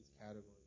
categories